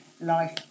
life